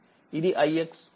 ఇదిix